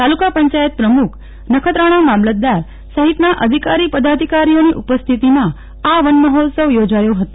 તાલુકા પંચાયત પ્રમુખ નખત્રાણા મામલતદાર સહિતના અધિકારી પદાધિકારીઓની ઉપસ્થિતિમાં આ વન મહોત્સવ યોજાયો હતો